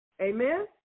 Amen